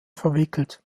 verwickelt